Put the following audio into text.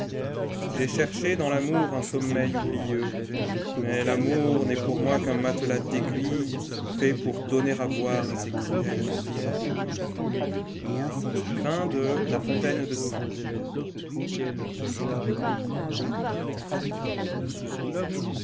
j'ai cherché dans l'amour un sommeil oublieux mais l'amour n'est pour moi qu'un matelas d'aiguillesfait pour donner à boire à ces cruelles fiuesi cxxxix